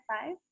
five